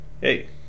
hey